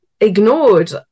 ignored